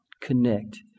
connect